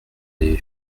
les